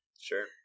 Sure